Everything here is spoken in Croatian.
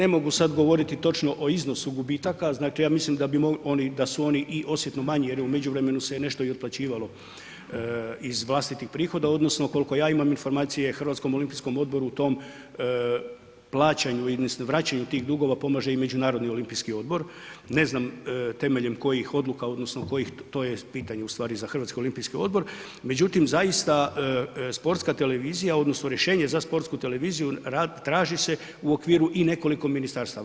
Ne mogu sada govoriti točno o iznosu gubitaka, ja mislim da su oni i osjetno manji jer u međuvremenu se nešto i otplaćivalo iz vlastitih prihoda odnosno koliko ja imam informacije HOO u tom plaćanju odnosno vraćanju tih dugova pomaže i Međunarodni olimpijski odbor, ne znam temeljem kojih odluka odnosno kojih to je pitanje ustvari za HOO, međutim zaista Sportska televizija odnosno rješenje za Sportsku televiziju traži se i u okviru nekoliko ministarstava.